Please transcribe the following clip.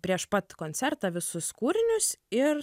prieš pat koncertą visus kūrinius ir